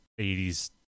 80s